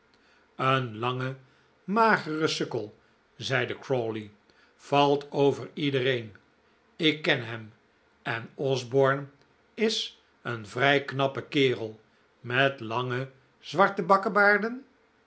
een lange magere sukkel zeide crawley valt over iedereen ik ken hem en osborne is een vrij knappe kerel met lange zwarte